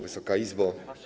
Wysoka Izbo!